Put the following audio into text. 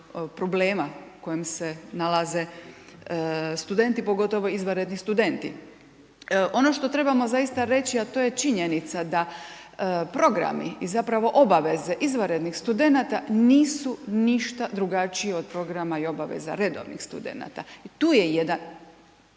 problema u kojem se nalaze studenti, pogotovo izvanredni studenti. Ono što trebamo zaista reći, a to je činjenica da programi i zapravo obaveze izvanrednih studenata nisu ništa drugačiji od programa i obaveza redovnih studenata. I tu je jedan